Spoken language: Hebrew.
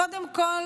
קודם כול,